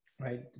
right